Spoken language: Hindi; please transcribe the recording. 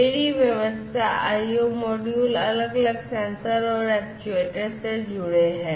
मेरी व्यवस्था I O मॉड्यूल अलग अलग सेंसर और एक्चुएटर्स से जुड़े हैं